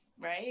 right